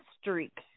streak